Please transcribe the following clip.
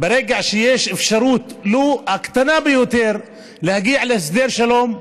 ברגע שיש אפשרות ולו הקטנה ביותר להגיע להסדר שלום,